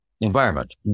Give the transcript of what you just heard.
environment